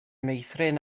meithrin